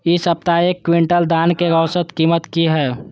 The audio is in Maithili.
इ सप्ताह एक क्विंटल धान के औसत कीमत की हय?